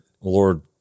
Lord